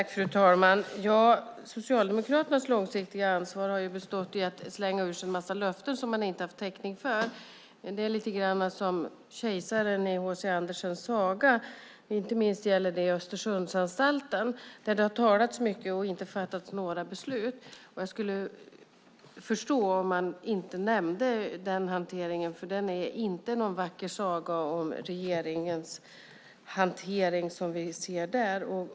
Fru talman! Socialdemokraternas långsiktiga ansvar har bestått i att slänga ur sig en massa löften som man inte har haft täckning för. Det är lite grann som kejsaren i HC Andersens saga. Inte minst gäller det Östersundsanstalten, där det har talats mycket och inte fattats några beslut. Jag skulle förstå om man inte nämnde den hanteringen, för det är inte någon vacker saga om regeringens hantering som vi ser där.